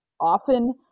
often